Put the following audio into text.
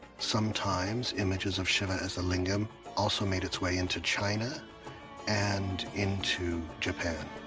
sometimes images of shiva as the lingam also made its way into china and into japan.